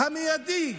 המיידי,